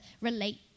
relate